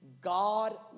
God